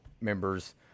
members